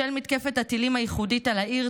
בשל מתקפת הטילים הייחודית על העיר,